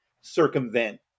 circumvent